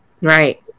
Right